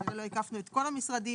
לא הקפנו את כל המשרדים